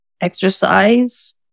Exercise